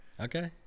Okay